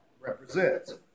represents